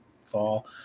fall